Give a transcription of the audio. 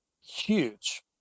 Huge